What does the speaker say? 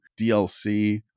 DLC